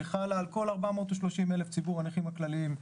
שחלה על כל 430,000 ציבור הנכים הכללים,